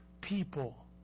people